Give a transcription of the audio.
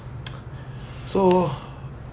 so